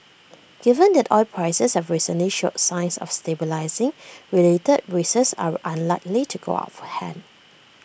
given that oil prices have recently showed signs of stabilising related risks are unlikely to go out of hand